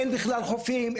אין בכלל חופים,